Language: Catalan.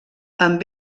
amb